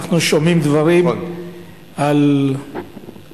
אנחנו שומעים דברים על השרה,